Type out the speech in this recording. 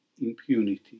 impunity